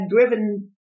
driven